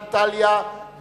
איטליה,